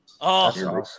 Awesome